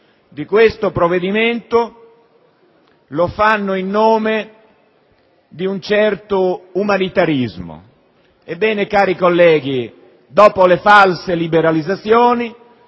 di questo provvedimento lo faranno in nome di un certo umanitarismo. Cari colleghi, dopo le false liberalizzazioni